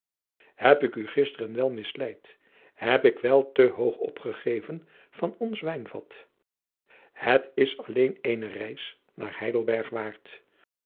heb ik u gisteren wel misleid heb ik wel te hoog opgegeven van ons ijnvat et is alleen eene reis naar eidelberg waard